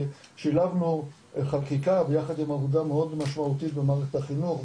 שילבנו חקיקה ביחד עם עבודה מאוד משמעותית במערכת החינוך,